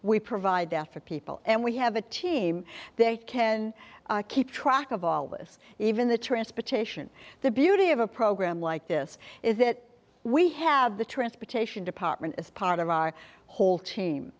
we provide death for people and we have a team they can keep track of all this even the transportation the beauty of a program like this is that we have the transportation department as part of our whole team